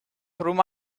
through